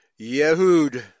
Yehud